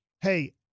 hey